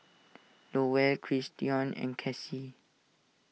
Lowell Christion and Kassie